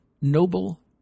noble